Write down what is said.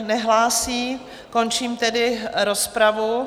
Nehlásí, končím tedy rozpravu.